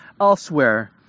elsewhere